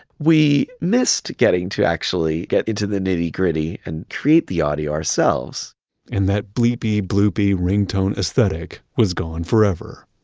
we missed getting to actually get into the nitty-gritty and create the audio ourselves and that bleepy, bloopy ringtone aesthetic was gone forever.